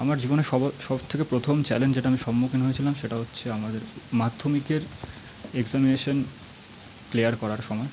আমার জীবনে সব থেকে প্রথম চ্যালেঞ্জ যেটা আমি সম্মুখীন হয়েছিলাম সেটা হচ্ছে আমাদের মাধ্যমিকের এক্সামিনেশান ক্লিয়ার করার সময়